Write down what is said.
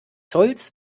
zolls